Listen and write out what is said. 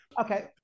Okay